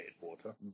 water